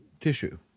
tissue